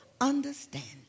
understanding